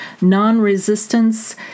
non-resistance